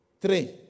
three